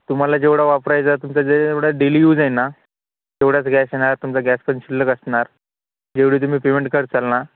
तुम्हाला जेवढा वापरायचा तुमचा जे एवढा डेली यूज आहे ना तेवढाच गॅस येणार तुमचा गॅस पण शिल्लक असणार जेवढी तुम्ही पेमेंट करशाल ना